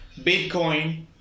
Bitcoin